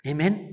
Amen